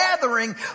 gathering